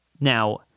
now